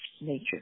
nature